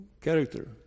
character